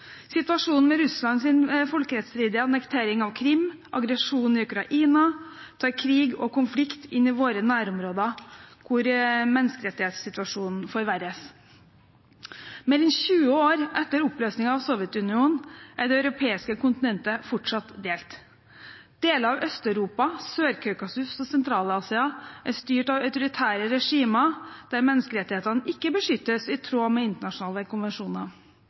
Situasjonen med Russlands folkerettsstridige annektering av Krim og aggresjonen i Ukraina tar krig og konflikt inn i våre nærområder, hvor menneskerettighetssituasjonen forverres. Mer enn 20 år etter oppløsningen av Sovjetunionen er det europeiske kontinentet fortsatt delt. Deler av Øst-Europa, Sør-Kaukasus og Sentral-Asia er styrt av autoritære regimer der menneskerettighetene ikke beskyttes i tråd med internasjonale konvensjoner.